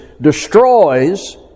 Destroys